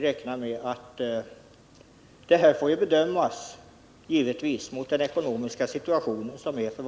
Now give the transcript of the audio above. Höjningens storlek får varje år bedömas med hänsyn till rådande ekonomiska situation.